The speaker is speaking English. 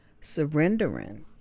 surrendering